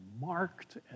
marked